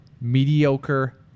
mediocre